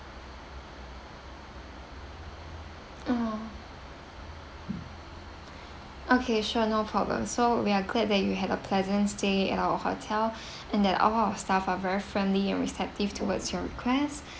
oh okay sure no problem so we are glad that you had a pleasant stay at our hotel and that all our staff are very friendly and receptive towards your requests